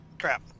Crap